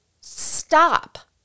stop